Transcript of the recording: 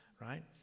right